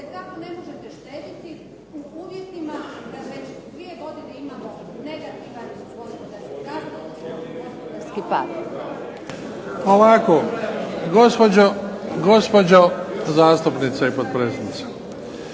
Ovako, gospođo zastupnice i potpredsjednice,